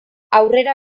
aurrera